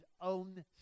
own